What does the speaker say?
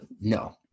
no